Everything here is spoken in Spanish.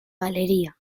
galería